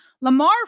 Lamar